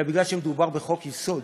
אלא שבגלל שמדובר בחוק-יסוד